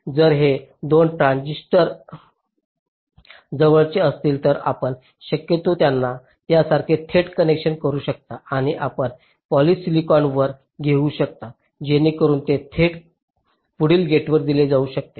तर जर हे 2 ट्रान्झिस्टर जवळचे असतील तर आपण शक्यतो त्यांना यासारखे थेट कनेक्ट करू शकता आणि आपण पॉलिसिलिकॉन वर घेऊ शकता जेणेकरून ते थेट पुढील गेटला दिले जाऊ शकेल